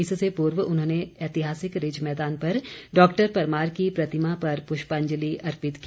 इससे पूर्व उन्होंने ऐतिहासिक रिज मैदान पर डॉ परमार की प्रतिमा पर पुष्पांजलि अर्पित की